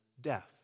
death